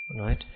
Right